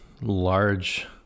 large